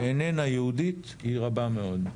שאיננה יהודית, היא רבה מאוד.